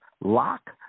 Lock